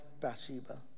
Bathsheba